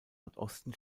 nordosten